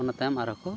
ᱚᱱᱟ ᱛᱟᱭᱚᱢ ᱟᱨ ᱦᱚᱠᱚ